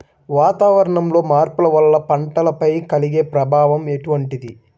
వాతావరణంలో మార్పుల వల్ల పంటలపై కలిగే ప్రభావం ఎటువంటిది?